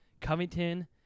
Covington